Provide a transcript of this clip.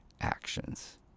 Actions